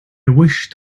wished